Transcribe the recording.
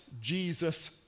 Jesus